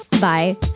Bye